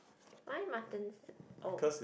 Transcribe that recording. why muttons oh